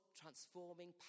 transforming